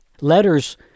letters